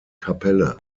kapelle